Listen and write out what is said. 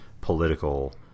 political